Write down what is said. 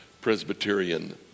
Presbyterian